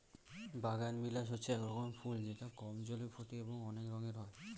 বাগানবিলাস হচ্ছে এক রকমের ফুল যেটা কম জলে ফোটে এবং অনেক রঙের হয়